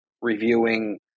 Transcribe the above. reviewing